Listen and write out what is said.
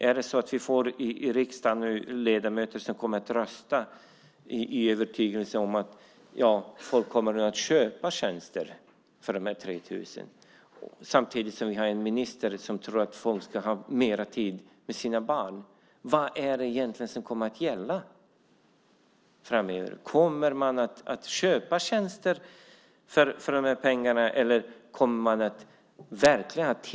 Är det så att vi i riksdagen får ledamöter som kommer att rösta i övertygelsen om att folk kommer att köpa tjänster för de här 3 000 samtidigt som vi har en minister som tror att folk ska ha mer tid med sina barn? Vad är det egentligen som kommer att gälla framöver? Kommer man att köpa tjänster för de här pengarna, eller kommer man verkligen att ha tid?